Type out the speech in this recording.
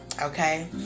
okay